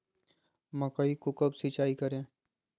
मकई को कब सिंचाई करे?